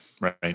right